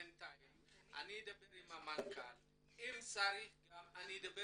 בינתיים אדבר עם המנכ"ל ואם צריך אדבר